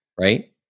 right